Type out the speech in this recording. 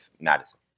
Madison